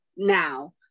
Now